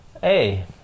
Hey